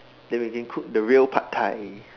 then we can cook the real pad-Thai